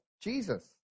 Jesus